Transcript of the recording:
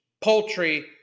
poultry